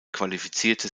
qualifizierte